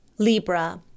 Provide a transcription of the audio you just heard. Libra